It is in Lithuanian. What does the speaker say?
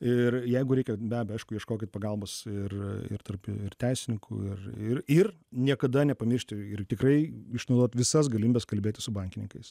ir jeigu reikia be abejo aišku ieškokit pagalbos ir ir tarp teisininkų ir ir ir niekada nepamiršti ir tikrai išnaudot visas galimybes kalbėtis su bankininkais